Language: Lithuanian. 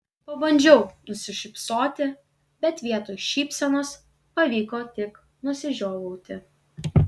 pabandžiau nusišypsoti bet vietoj šypsenos pavyko tik nusižiovauti